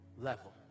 level